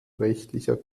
rechtlicher